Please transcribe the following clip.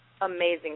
amazing